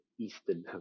Eastern